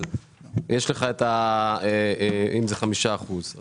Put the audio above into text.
יש לך אם זה 5 אחוזים.